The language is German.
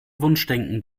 wunschdenken